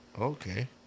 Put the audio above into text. Okay